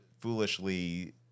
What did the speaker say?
foolishly